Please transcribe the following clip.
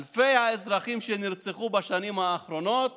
אלפי האזרחים שנרצחו בשנים האחרונות